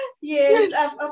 Yes